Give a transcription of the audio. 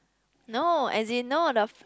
no as in no the